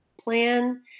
plan